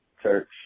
Church